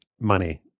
money